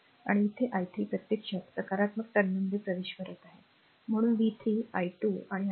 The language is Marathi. आणि इथे i 3 प्रत्यक्षात सकारात्मक टर्मिनलमध्ये प्रवेश करत आहे म्हणून v 3 12 i 3